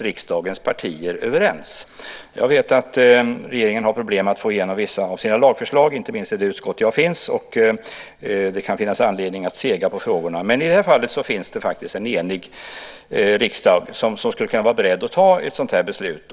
riksdagens partier är överens. Jag vet att regeringen har problem med att få igenom vissa av sina lagförslag, inte minst i det utskott som jag finns i, och det kan finnas anledning att sega med frågorna. Men i det här fallet finns det faktiskt en enig riksdag som skulle kunna vara beredd att ta ett sådant här beslut.